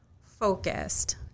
focused